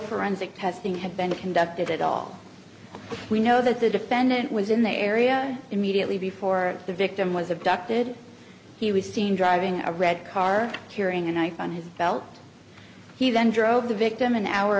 forensic testing had been conducted at all we know that the defendant was in the area immediately before the victim was abducted he was seen driving a red car carrying a knife on his belt he then drove the victim an hour